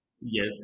Yes